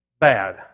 bad